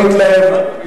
אבל אני לא מתלהב,